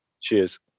Cheers